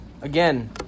Again